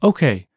Okay